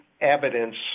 evidence –